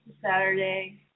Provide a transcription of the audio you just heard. Saturday